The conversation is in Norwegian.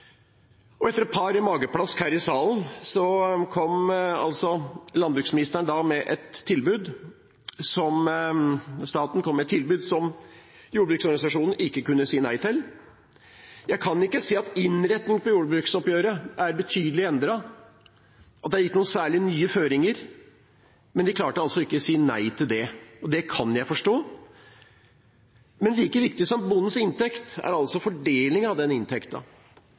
kaloriinnhold. Etter et par mageplask her i salen kom staten med et tilbud som jordbruksorganisasjonene ikke kunne si nei til. Jeg kan ikke se at innretningen på jordbruksoppgjøret er betydelig endret, at det er gitt noen særlig nye føringer, men de klarte ikke si nei til det. Det kan jeg forstå. Men like viktig som bondens inntekt er fordelingen av den